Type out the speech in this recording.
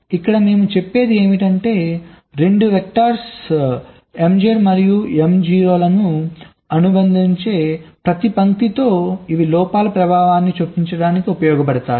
ఇక్కడ మేము చెప్పేది ఏమిటంటే 2 వెక్టర్స్ Mz మరియు Mo లను అనుబంధించే ప్రతి పంక్తితో ఇవి లోపాల ప్రభావాన్ని చొప్పించడానికి ఉపయోగపడతాయి